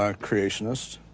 ah creationist.